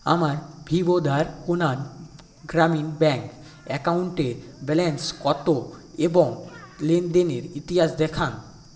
আমার বিভোধার কোনান গ্রামীণ ব্যাঙ্ক অ্যাকাউন্টের ব্যালেন্স কত এবং লেনদেনের ইতিহাস দেখান